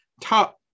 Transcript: top